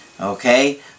Okay